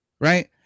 Right